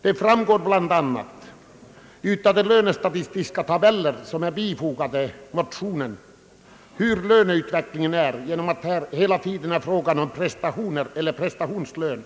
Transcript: Det framgår bl.a. av den lönestatistiska tabell som bifogats motionerna hur lönerna förändras genom att dessa baseras på systemet med prestationslön.